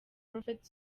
prophet